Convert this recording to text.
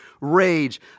rage